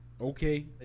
Okay